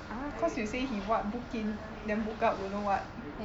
!huh! cause you say he what book in then book out don't know what